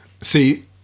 See